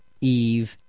Eve